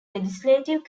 legislative